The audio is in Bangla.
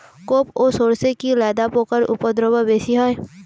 কোপ ই সরষে কি লেদা পোকার উপদ্রব বেশি হয়?